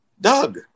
Doug